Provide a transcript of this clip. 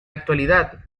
actualidad